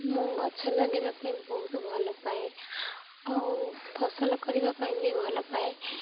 ମୁଁ ଗଛ ଲଗେଇବା ପାଇଁ ବହୁତ ଭଲ ପାଏ ଆଉ ଫସଲ କରିବା ପାଇଁ ବି ଭଲ ପାଏ